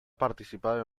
participado